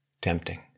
tempting